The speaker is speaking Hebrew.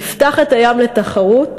נפתח את הים לתחרות,